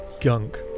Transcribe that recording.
gunk